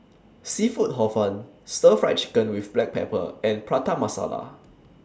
Seafood Hor Fun Stir Fried Chicken with Black Pepper and Prata Masala